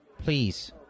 Please